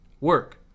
Work